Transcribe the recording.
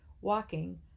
Walking